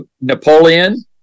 Napoleon